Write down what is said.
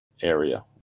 area